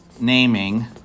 naming